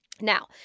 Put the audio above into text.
Now